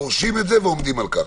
אנחנו דורשים את זה ועומדים על כך.